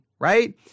right